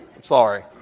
Sorry